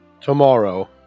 Tomorrow